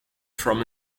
from